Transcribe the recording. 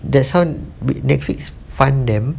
that's how Netflix fund them